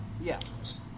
Yes